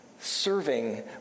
serving